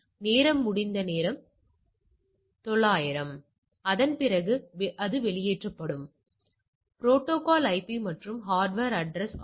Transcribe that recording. நாம் அதே சூத்திரத்தைப் பயன்படுத்துகிறோம் இந்த இரண்டையும் கூட்டவும்